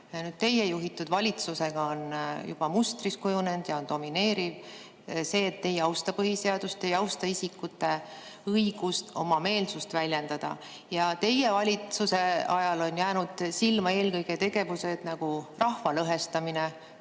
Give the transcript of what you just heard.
teie juhitud valitsusel on juba mustriks kujunenud ja domineeriv see, et te ei austa põhiseadust, te ei austa isikute õigust oma meelsust väljendada. Teie valitsuse ajal on jäänud silma eelkõige sellised tegevused nagu rahva lõhestamine,